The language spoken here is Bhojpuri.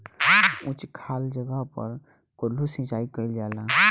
उच्च खाल जगह पर कोल्हू सिचाई कइल जाला